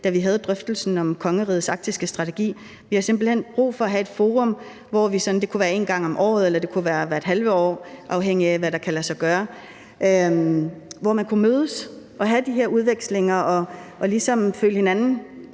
da vi havde drøftelsen om kongerigets arktiske strategi. Vi har simpelt hen brug for at have et forum, hvor vi, det kunne være en gang om året eller hvert halve år, afhængigt af hvad der kan lade sig gøre, kunne mødes og have de her udvekslinger og ligesom føle hinanden